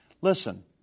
Listen